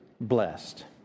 blessed